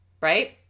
right